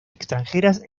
extranjeras